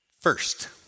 First